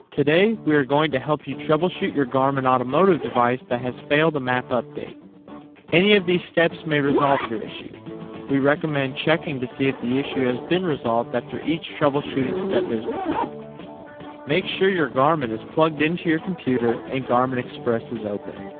today, we're going to help you troubleshoot your garmin automotive device that has failed a map update any of these steps may resolve your issue we recommend checking to see if the issue has been resolved after each troubleshooting step is performed make sure your garmin is plugged in to your computer and garmin express is open